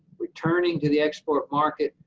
returning to the export market,